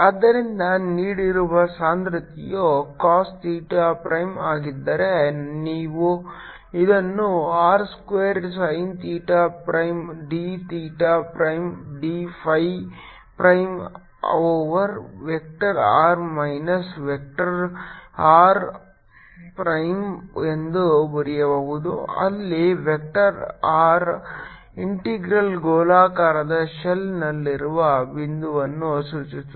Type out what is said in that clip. ಆದ್ದರಿಂದ ನೀಡಿರುವ ಸಾಂದ್ರತೆಯು cos ಥೀಟಾ ಪ್ರೈಮ್ ಆಗಿದ್ದರೆ ನೀವು ಇದನ್ನು R square sin theta prime d theta prime d phi prime over vector r minus vector R prime ಎಂದು ಬರೆಯಬಹುದು ಅಲ್ಲಿ ವೆಕ್ಟರ್ R ಇಂಟೆಗ್ರಲ್ ಗೋಲಾಕಾರದ ಶೆಲ್ನಲ್ಲಿರುವ ಬಿಂದುವನ್ನು ಸೂಚಿಸುತ್ತದೆ